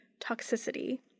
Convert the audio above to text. toxicity